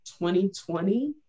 2020